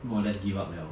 more or less give up liao